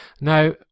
Now